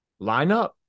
lineup